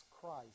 Christ